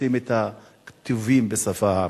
רוצים את הכתובים בשפה הערבית.